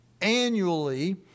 annually